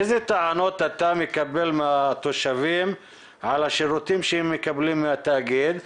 איזה טענות אתה מקבל מהתושבים על השירותים שהם מקבלים מהתאגיד?